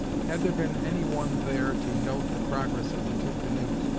had there been any one there to note the progress of the two canoes,